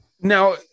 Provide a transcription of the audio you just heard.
Now